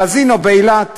קזינו באילת.